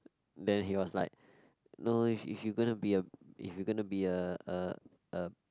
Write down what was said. then he was like no if if you gonna be a if you gonna be a a a